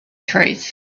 trees